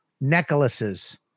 necklaces